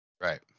Right